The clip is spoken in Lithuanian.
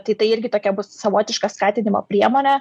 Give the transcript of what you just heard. tai tai irgi tokia bus savotiška skatinimo priemonė